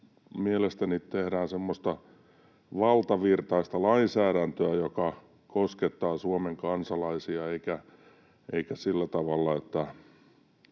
Mielestäni tehdään semmoista valtavirtaista lainsäädäntöä, joka koskettaa Suomen kansalaisia, eikä sillä tavalla, että